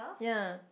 ya